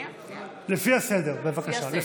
לפי הסדר, בבקשה.